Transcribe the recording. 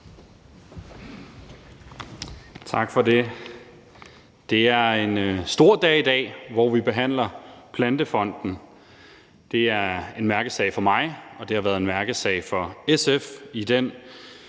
Tak for det. Det er en stor dag i dag, hvor vi behandler lovforslaget om Plantefonden. Det er en mærkesag for mig, og det har været en mærkesag for SF i den